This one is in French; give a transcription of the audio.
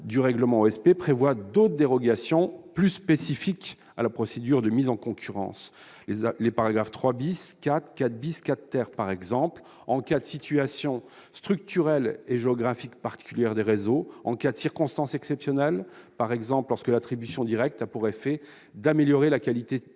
du règlement OSP prévoit d'autres dérogations, plus spécifiques, à la procédure de mise en concurrence. Les paragraphes 3, 4, 4 et 4 , par exemple, traitent des situations structurelles et géographiques particulières des réseaux et du cas des circonstances exceptionnelles, notamment lorsque l'attribution directe a pour effet d'améliorer la qualité